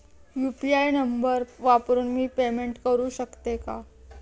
UPI number वापरून मी payment करू शकते का?